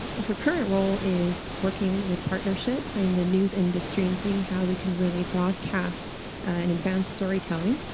her current role is working with partnerships in the news industry and seeing how we can really broadcast and advance storytelling.